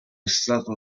stato